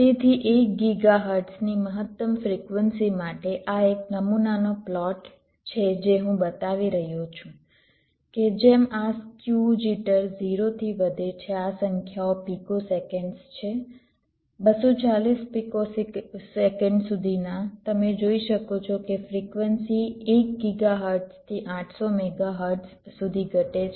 તેથી 1 ગીગાહર્ટઝની મહત્તમ ફ્રિક્વન્સી માટે આ એક નમૂનાનો પ્લોટ છે જે હું બતાવી રહ્યો છું કે જેમ આ સ્ક્યુ જિટર 0 થી વધે છે આ સંખ્યાઓ પિકોસેકંડ્સ છે 240 પિકોસેકંડ સુધીના તમે જોઈ શકો છો કે ફ્રિક્વન્સી 1 ગીગાહર્ટ્ઝથી 800 મેગાહર્ટ્ઝ સુધી ઘટે છે